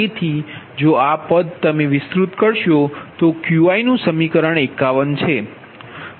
તેથી જો આ પદ જો તમે વિસ્તૃત કરશો તો Qi નુ સમીકરણ 51 છે